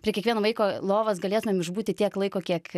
prie kiekvieno vaiko lovos galėtumėm išbūti tiek laiko kiek